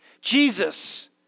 Jesus